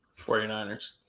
49ers